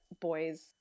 boys